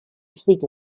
sweet